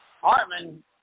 Hartman